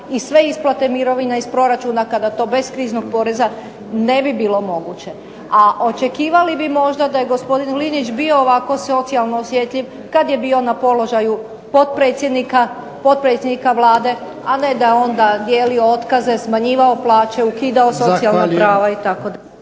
i sve isplate mirovina iz proračuna kada to bez kriznog poreza ne bi bilo moguće. A očekivali bi možda da je gospodin Linić bio ovako socijalno osjetljiv kad je bio na položaju potpredsjednika Vlade, a ne da je onda dijelio otkaze, smanjivao plaće, ukidao socijalna prava itd.